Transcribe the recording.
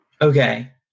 Okay